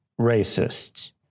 racists